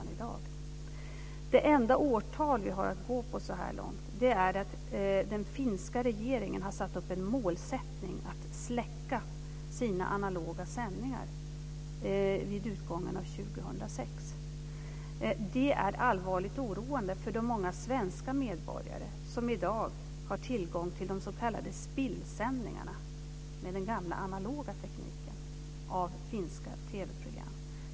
Det enda årtal vi har att gå på så här långt är att den finska regeringen har satt upp en målsättning att släcka sina analoga sändningar vid utgången av 2006. Det är allvarligt oroande för de många svenska medborgare som i dag har tillgång till de s.k. spillsändningarna med den gamla analoga tekniken av finska TV-program.